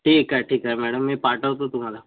ठीक आहे ठीक आहे मॅडम मी पाठवतो तुम्हाला